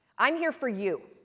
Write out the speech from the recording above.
i'm here for you.